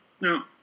No